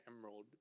Emerald